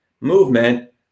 movement